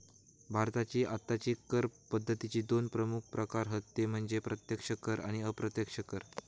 भारताची आत्ताची कर पद्दतीचे दोन प्रमुख प्रकार हत ते म्हणजे प्रत्यक्ष कर आणि अप्रत्यक्ष कर